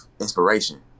inspiration